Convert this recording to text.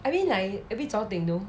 I mean like a bit zor deng you know